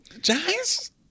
Giants